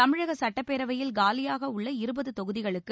தமிழக சட்டப்பேரவையில் காலியாக உள்ள இருபது தொகுதிகளுக்கு